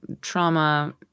trauma